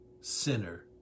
sinner